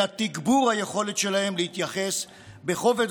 אלא תגבור היכולת שלהם להתייחס בכובד